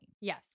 Yes